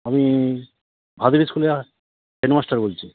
আমি ভাগীরথী স্কুলের হেডমাস্টার বলছি